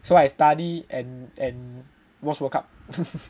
so I study and and watch world cup